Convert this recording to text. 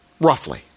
roughly